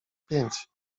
pięć